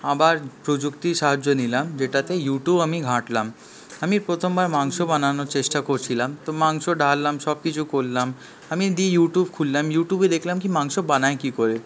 আবার প্রযুক্তির সাহায্য নিলাম যেটাতে ইউটিউব আমি ঘাটলাম আমি প্রথমবার মাংস বানানোর চেষ্টা করছিলাম তো মাংস ঢাললাম সব কিছু করলাম আমি দিয়ে ইউটিউব খুললাম ইউটিউবে দেখলাম কি মাংস বানায় কি করে